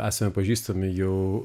esame pažįstami jau